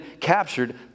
captured